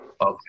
okay